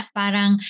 parang